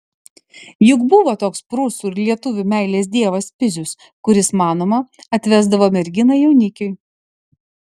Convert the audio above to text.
juk buvo toks prūsų ir lietuvių meilės dievas pizius kuris manoma atvesdavo merginą jaunikiui